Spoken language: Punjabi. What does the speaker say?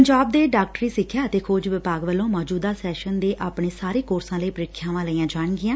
ਪੰਜਾਬ ਦੇ ਡਾਕਟਰੀ ਸਿੱਖਿਆ ਅਤੇ ਖੋਜ ਵਿਭਾਗ ਵੱਲੋਂ ਮੌਜੁਦਾ ਸੈਸ਼ਨ ਦੇ ਆਪਣੇ ਸਾਰੇ ਕੋਰਸਾਂ ਲਈ ਪ੍ਰੀਖਿਆਵਾਂ ਲਈਆਂ ਜਾਣਗੀਆਂ